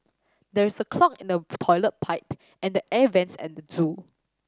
there is a clog in the toilet pipe and the air vents at the zoo